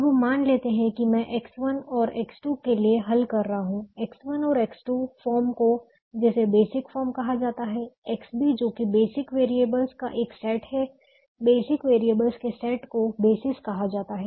अब मान लेते हैं कि मैं X1 और X2 के लिए हल कर रहा हूं X1 और X2 फॉर्म को जिसे बेसिक फॉर्म कहा जाता है XB जो कि बेसिक वैरिएबल्स का एक सेट है बेसिक वैरियेबल्स के सेट को बेसिस कहा जाता है